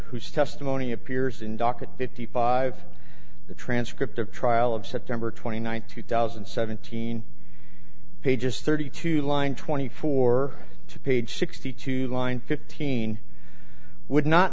whose testimony appears in docket fifty five the transcript of trial of september twenty ninth two thousand and seventeen pages thirty two line twenty four to page sixty two line fifteen would not